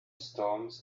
storms